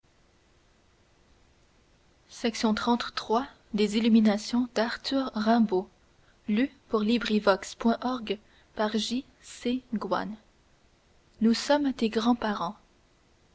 et la formule nous sommes tes grands parents